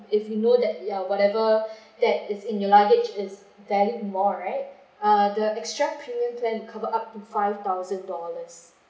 if you know that yeah whatever that is in your luggage is valued more right uh the extra premium plan will cover up to five thousand dollars